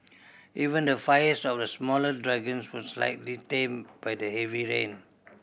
even the fires of the smaller dragons were slightly tamed by the heavy rain